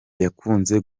yakunze